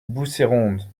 bousséronde